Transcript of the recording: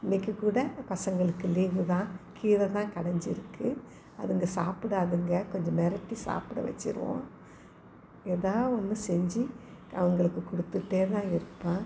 இன்றைக்கு கூட பசங்களுக்கு லீவு தான் கீரை தான் கடைஞ்சி இருக்குது அதுங்கள் சாப்பிடாதுங்க கொஞ்சம் மிரட்டி சாப்பிட வெச்சுருவோம் எதாவது ஒன்று செஞ்சு அவங்களுக்கு கொடுத்துட்டே தான் இருப்பேன்